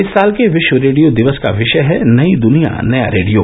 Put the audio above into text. इस साल के विश्व रेडियो दिवस का विषय है नई दुनिया नया रेडियो